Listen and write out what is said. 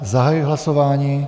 Zahajuji hlasování.